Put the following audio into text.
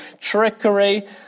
trickery